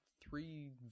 three